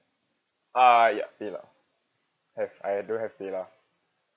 uh ya paylah have I I do have paylah